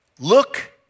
Look